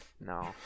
No